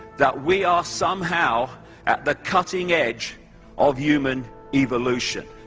that we are somehow at the cutting edge of human evolution.